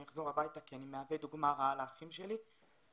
אחזור הביתה כי אני מהווה דוגמה רעה לאחים שלי וזהו,